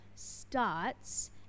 starts